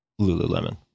Lululemon